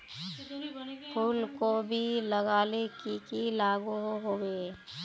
फूलकोबी लगाले की की लागोहो होबे?